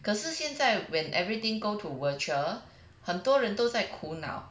可是现在 when everything go to virtual 很多人都在苦恼